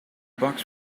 box